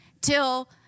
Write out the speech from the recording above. till